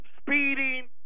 speeding